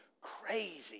crazy